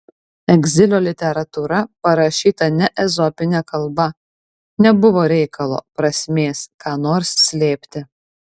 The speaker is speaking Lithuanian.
egzilio literatūra parašyta ne ezopine kalba nebuvo reikalo prasmės ką nors slėpti